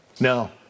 No